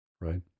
right